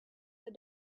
the